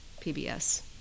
PBS